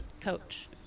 coach